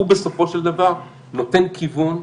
הוא בסופו של דבר נותן כיוון,